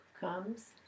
comes